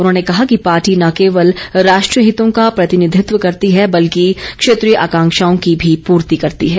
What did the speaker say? उन्होंने कहा कि पार्टी न केवल राष्ट्रीय हितों का प्रतिनिधित्व करती है बल्कि क्षेत्रीय आकांक्षाओं की भी पूर्ति करती है